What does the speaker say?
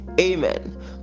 amen